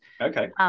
Okay